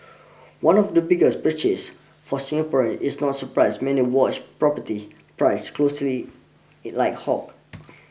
one of the biggest purchase for Singaporeans is not surprise many watch property prices closely like hawk